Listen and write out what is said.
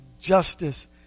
justice